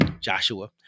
joshua